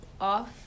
off